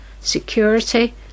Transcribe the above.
security